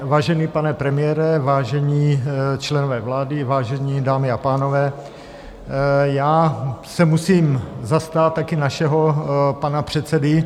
Vážený pane premiére, vážení členové vlády, vážené dámy a pánové, já se musím zastat taky našeho pana předsedy.